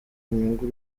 inyungu